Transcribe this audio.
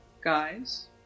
Guys